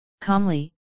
calmly